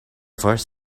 first